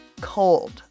Cold